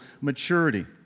maturity